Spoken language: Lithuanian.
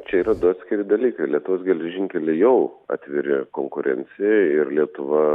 čia yra du atskiri dalykai lietuvos geležinkeliai jau atviri konkurencijai ir lietuva